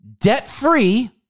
debt-free